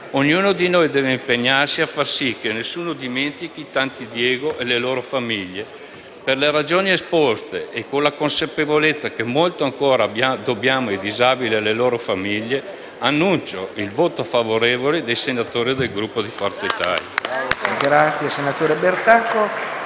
Ognuno di noi deve impegnarsi a far sì che nessuno dimentichi i tanti «Diego» e le loro famiglie. Per le ragioni esposte, con la consapevolezza che molto ancora dobbiamo ai disabili e alle loro famiglie, annuncio il voto favorevole dei senatori del Gruppo Forza Italia.